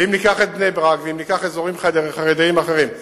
ואם ניקח את בני-ברק ואם ניקח אזורים חרדיים אחרים,